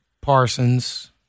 Parsons